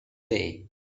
day